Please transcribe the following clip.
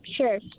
Sure